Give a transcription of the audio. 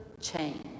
change